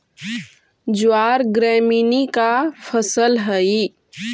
ज्वार ग्रैमीनी का फसल हई